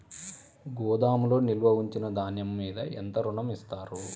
గోదాములో నిల్వ ఉంచిన ధాన్యము మీద ఎంత ఋణం ఇస్తారు?